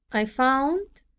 i found,